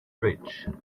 bridge